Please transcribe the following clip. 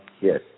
Yes